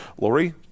Lori